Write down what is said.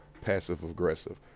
passive-aggressive